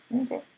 Okay